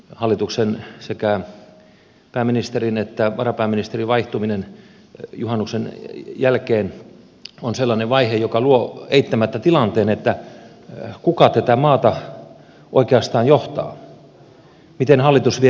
hallituksen sekä pääministerin että varapääministerin vaihtuminen juhannuksen jälkeen on sellainen vaihe joka luo eittämättä tilanteen että kuka tätä maata oikeastaan johtaa miten hallitus vie asioita eteenpäin